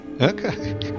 Okay